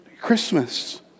Christmas